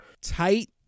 tight